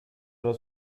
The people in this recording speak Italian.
allo